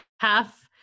half